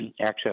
access